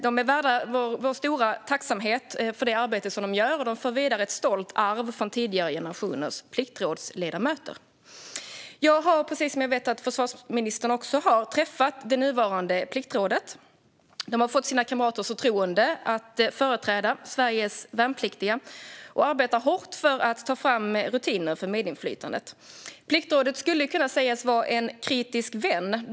De är värda vår stora tacksamhet för det arbete som de gör, och de för vidare ett stolt arv från tidigare generationers ledamöter i Pliktrådet. Jag har, precis som jag vet att försvarsministern också har, träffat nuvarande Pliktrådet. De har fått sina kamraters förtroende att företräda Sveriges värnpliktiga och arbetar hårt för att ta fram rutiner för medinflytande. Pliktrådet kan sägas vara en kritisk vän.